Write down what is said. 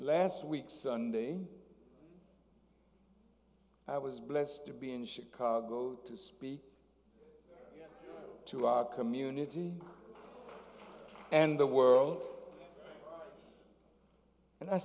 last week sunday i was blessed to be in chicago to speak to our community and the world and i